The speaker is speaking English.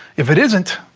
if it isn't,